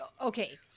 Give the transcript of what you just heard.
Okay